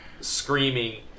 screaming